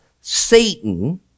Satan